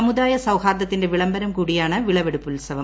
സമുദായ സൌഹാർദ്ദത്തിന്റെ വിളംബരം കൂടിയാണ് വിളവെടുപ്പുത്സവം